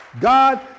God